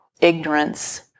ignorance